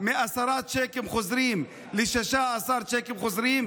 מעשרה צ'קים חוזרים ל-16 צ'קים חוזרים.